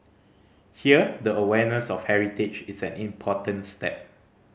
here the awareness of heritage is an important step